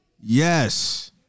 Yes